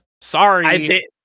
sorry